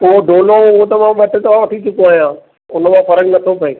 पोइ डोलो हूअ त मूं वटि अथव मां वठी चुको आहियां हुनमें फर्क़ु नथो पए